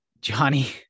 Johnny